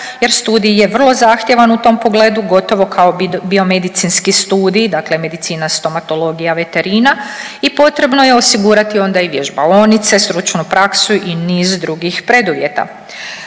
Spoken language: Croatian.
jer studij je vrlo zahtjevan u tom pogledu, gotovo kao Biomedicinski studij, dakle medicina, stomatologija, veterina i potrebno je osigurati onda i vježbaonice, stručnu praksu i niz drugih preduvjeta.